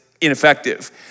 ineffective